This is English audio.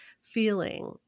feeling